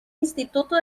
instituto